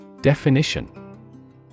Definition